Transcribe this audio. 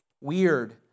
weird